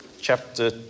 chapter